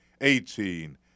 eighteen